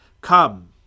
Come